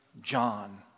John